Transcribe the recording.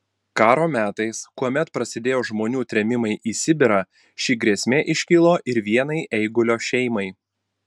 karo metais kuomet prasidėjo žmonių trėmimai į sibirą ši grėsmė iškilo ir vienai eigulio šeimai